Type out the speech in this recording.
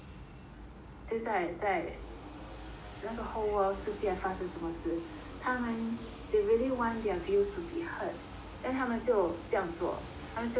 现在在 then 那个 whole world 世界发生什么事他们 they really want their views to be heard then 他们就这样做他们就这样